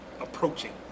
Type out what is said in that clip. approaching